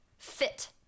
Fit